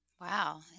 Wow